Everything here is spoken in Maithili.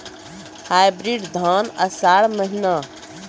हाइब्रिड धान आषाढ़ महीना?